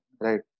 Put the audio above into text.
right